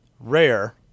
rare